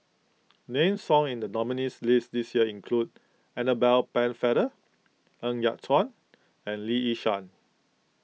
names found in the nominees' list this year include Annabel Pennefather Ng Yat Chuan and Lee Yi Shyan